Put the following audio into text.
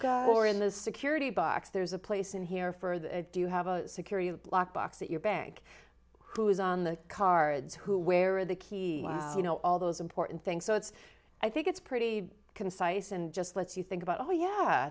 combination or in the security box there's a place in here for the do you have a security lock box at your bank who is on the cards who where are the key you know all those important things so it's i think it's pretty concise and just lets you think about oh yeah